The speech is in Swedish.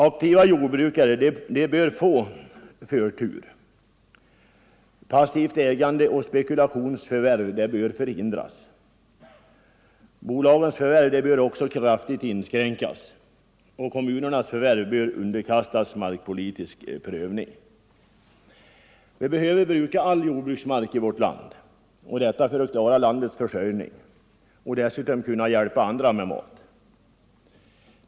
Aktiva jordbrukare bör få förtur. Passivt ägande och spekulationsförvärv bör förhindras. Bolagens förvärv av jordbruksfastigheter bör kraftigt inskränkas, och kommunernas förvärv bör underkastas markpolitisk prövning. Vi behöver bruka all jordbruksmark i vårt land för att klara landets försörjning och för att kunna hjälpa andra med mat.